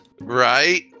Right